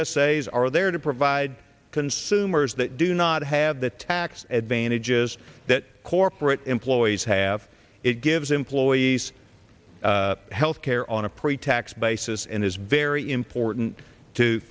a s are there to provide consumers that do not have the tax advantages that corporate employees have it gives employees health care on a pretax basis and is very important to